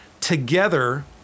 together